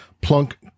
plunk